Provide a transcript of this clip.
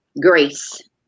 Grace